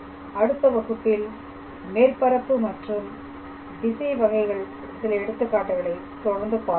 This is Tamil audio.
அடுத்த வகுப்பில் மேற்பரப்பு மற்றும் திசை வகைக்கெழுகுகள் சில எடுத்துக்காட்டுகளை தொடர்ந்து பார்ப்போம்